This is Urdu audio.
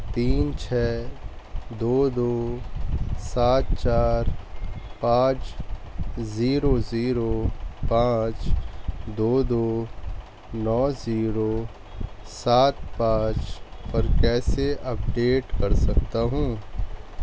تین چھ دو دو سات چار پانچ زیرو زیرو پانچ دو دو نو زیرو سات پانچ پر کیسے اپ ڈیٹ کر سکتا ہوں